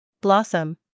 Blossom